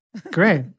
Great